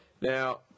Now